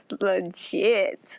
legit